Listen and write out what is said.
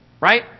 Right